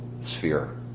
sphere